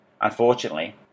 Unfortunately